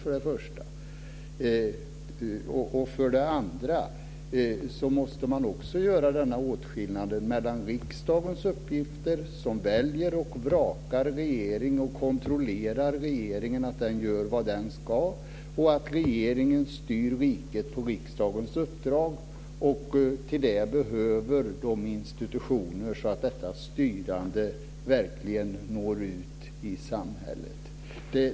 Man måste för det andra också göra en åtskillnad mellan riksdagens uppgifter, som väljer och vrakar regeringen och kontrollerar regeringen så att den gör vad den ska, och regeringens, som styr riket på riksdagens uppdrag. Till det behöver regeringen institutioner så att detta styrande verkligen når ut i samhället.